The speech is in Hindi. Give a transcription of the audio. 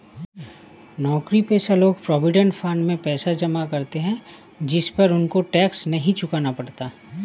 नौकरीपेशा लोग प्रोविडेंड फंड में पैसा जमा करते है जिस पर उनको टैक्स नहीं चुकाना पड़ता